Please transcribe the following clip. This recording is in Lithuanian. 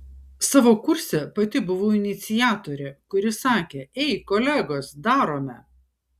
savo kurse pati buvau iniciatorė kuri sakė ei kolegos darome